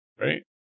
right